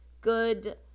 good